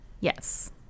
Yes